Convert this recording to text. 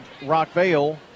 Rockvale